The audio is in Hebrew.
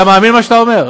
אתה מאמין למה שאתה אומר?